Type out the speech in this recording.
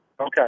Okay